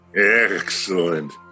excellent